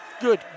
Good